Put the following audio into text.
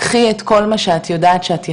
קחי את כל מה שאת יודעת שאת יכולה,